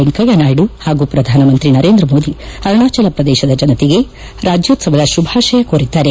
ವೆಂಕಯ್ಯನಾಯ್ಡ ಹಾಗೂ ಪ್ರಧಾನಮಂತ್ರಿ ನರೇಂದ್ರಮೋದಿ ಅರುಣಾಚಲ ಪ್ರದೇಶದ ಜನತೆಗೆ ರಾಜ್ಕೊತ್ಲವದ ಶುಭಾಶಯ ಕೋರಿದ್ದಾರೆ